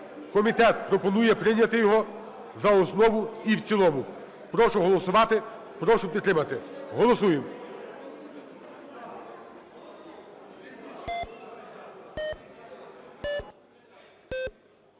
комітету прийняти за основу і в цілому. Прошу голосувати, прошу підтримати. Голосуємо,